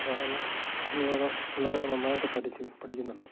അതുപോലെ തന്നെ കുഞ്ഞുങ്ങളൊക്കെ പിള്ളാരൊക്കെ നന്നായിട്ട് പഠിക്കുന്നുണ്ട്